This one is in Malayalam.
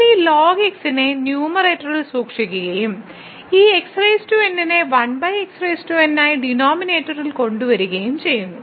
നമ്മൾ ഈ ln x നെ ന്യൂമറേറ്ററിൽ സൂക്ഷിക്കുകയും ഈ xn നെ 1xn ആയി ഡിനോമിനേറ്ററിൽ കൊണ്ടുവരികയും ചെയ്യുന്നു